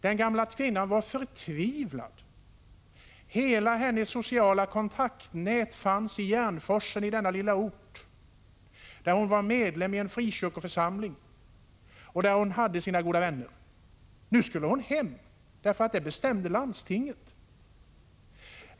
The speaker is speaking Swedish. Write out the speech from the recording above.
Den gamla kvinnan var förtvivlad. Hela hennes sociala kontaktnät fanns i Järnforsen, i denna lilla ort, där hon var medlem i en frikyrkoförsamling och där hon hade sina goda vänner. Nu skulle hon hem, därför att landstinget bestämde det.